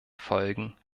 folgen